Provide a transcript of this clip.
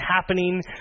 happening